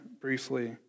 briefly